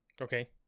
okay